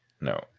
no